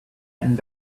and